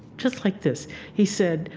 just like this he said,